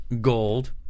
Gold